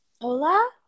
Hola